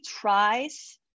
tries